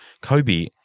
Kobe